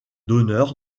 donneur